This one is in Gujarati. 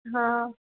હા